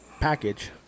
package